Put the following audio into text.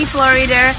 Florida